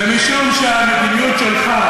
ומשום שהמדיניות שלך,